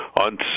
on